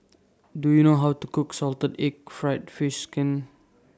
Do YOU know How to Cook Salted Egg Fried Fish Skin